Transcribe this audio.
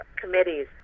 committees